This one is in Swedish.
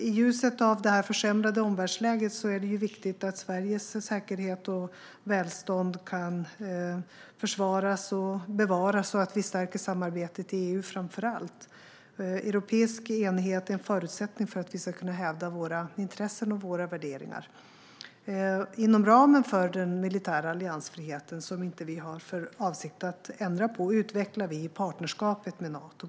I ljuset av det försämrade omvärldsläget är det viktigt att Sveriges säkerhet och välstånd kan försvaras och bevaras och att vi framför allt stärker samarbetet i EU. Europeisk enighet är en förutsättning för att vi ska kunna hävda våra intressen och värderingar. Inom ramen för den militära alliansfriheten, som vi inte har för avsikt att ändra på, utvecklar vi partnerskapet med Nato.